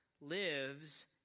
lives